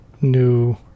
new